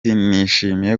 nishimiye